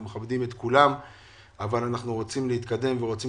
אנחנו מכבדים את כולם אבל אנחנו רוצים להתקדם ורוצים